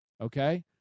okay